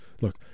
Look